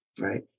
right